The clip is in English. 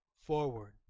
forward